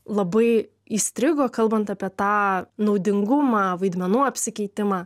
labai įstrigo kalbant apie tą naudingumą vaidmenų apsikeitimą